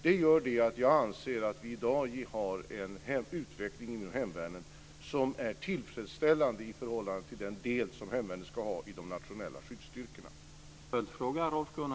Det gör att jag anser att vi i dag har en utveckling inom hemvärnet som är tillfredsställande i förhållande till den del som hemvärnet ska utgöra i de nationella skyddsstyrkorna.